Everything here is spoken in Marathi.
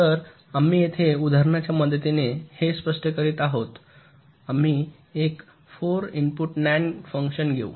तर आम्ही येथे उदाहरणाच्या मदतीने हे स्पष्ट करीत आहोत आम्ही एक 4 इनपुट नन्ड फंक्शन घेऊ